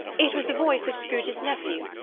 it was the voice of scrooge's nephew,